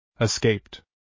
escaped